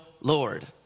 Lord